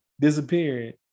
Disappearing